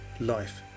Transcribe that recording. life